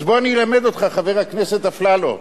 אז בוא אני אלמד אותך, חבר הכנסת אפללו.